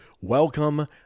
Welcome